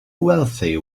wealthy